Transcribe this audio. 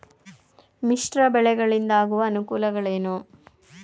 ಮಿಶ್ರ ಬೆಳೆಗಳಿಂದಾಗುವ ಅನುಕೂಲಗಳೇನು?